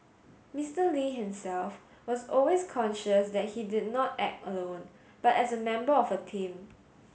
Mister Lee himself was always conscious that he did not act alone but as a member of a team